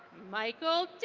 michael